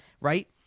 right